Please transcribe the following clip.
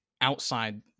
outside